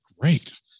great